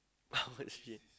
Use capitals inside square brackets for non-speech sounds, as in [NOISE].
[LAUGHS]